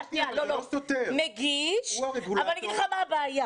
אבל אני אגיד לך מה הבעיה.